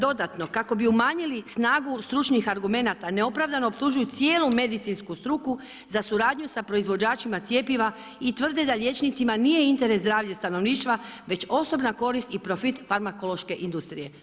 Dodatno kako bi umanjili snagu stručnih argumenata neopravdano optužuju cijelu medicinsku struku za suradnju sa proizvođačima cjepiva i tvrde da liječnicima nije interes zdravlje stanovništva već osobna korist profit farmakološke industrije.